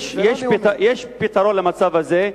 יש פתרון למצב הזה,